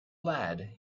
lad